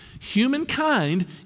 Humankind